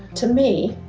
to me,